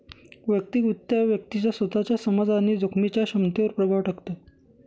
वैयक्तिक वित्त हा व्यक्तीच्या स्वतःच्या समज आणि जोखमीच्या क्षमतेवर प्रभाव टाकतो